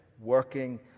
working